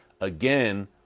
Again